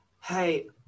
Hey